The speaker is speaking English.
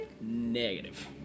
Negative